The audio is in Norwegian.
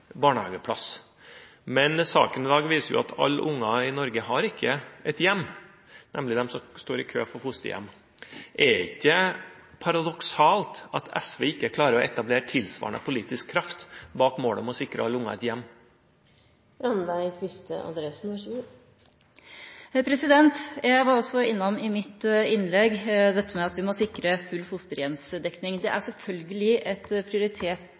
barnehageplass. Men saken i dag viser at alle barn i Norge har ikke et hjem: de som står i kø for å få et fosterhjem. Er det ikke et paradoks at SV ikke klarer å etablere tilsvarende politisk kraft bak målet om å sikre alle barn et hjem? Jeg var i mitt innlegg også innom dette med at vi må sikre full fosterhjemsdekning. Det er selvfølgelig et prioritert